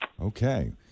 Okay